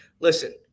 listen